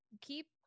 keep